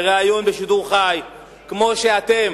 בריאיון בשידור חי: כמו שאתם,